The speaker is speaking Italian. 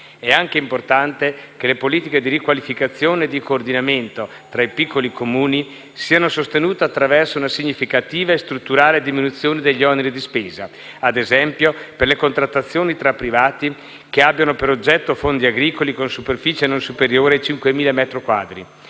È anche importante che le politiche di riqualificazione e di coordinamento tra i piccoli Comuni siano sostenute attraverso una significativa e strutturale diminuzione degli oneri di spesa, ad esempio per le contrattazioni fra privati che abbiano per oggetto fondi agricoli con superficie non superiore ai 5.000